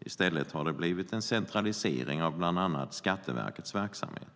I stället har det blivit en centralisering av bland annat Skatteverkets verksamhet.